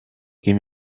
gehen